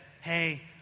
hey